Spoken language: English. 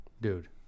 Dude